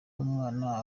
umwana